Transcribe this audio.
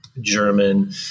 German